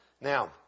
Now